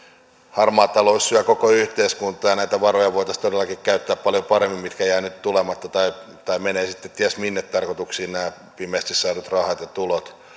harmaa talous syö koko yhteiskuntaa ja voitaisiin todellakin käyttää paljon paremmin näitä varoja mitkä jäävät nyt tulematta tai tai menevät sitten ties minne tarkoituksiin nämä pimeästi saadut rahat ja tulot minulla